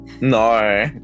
No